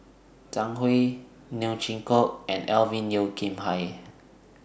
Zhang Hui Neo Chwee Kok and Alvin Yeo Khirn Hai